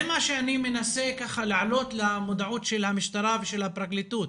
זה מה שאני מנסה להעלות למודעות של המשטרה ושל הפרקליטות.